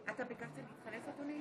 גברתי, עשר דקות לרשותך.